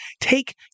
take